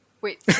Wait